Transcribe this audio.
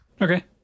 okay